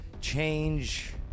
change